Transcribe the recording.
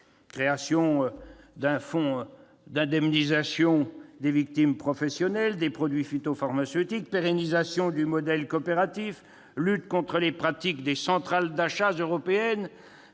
création d'un fonds d'indemnisation des victimes professionnelles des produits phytopharmaceutiques, pérennisation du modèle coopératif, lutte contre les pratiques des centrales d'achat européennes,